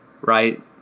right